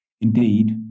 indeed